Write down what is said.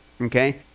okay